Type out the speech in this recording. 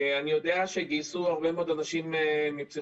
אני יודע שגייסו הרבה מאוד אנשים מפסיכולוגיה